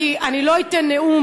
כי אני לא אתן נאום,